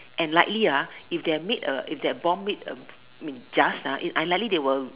and likely ah if they made a if their bomb a mean just ah it unlikely they will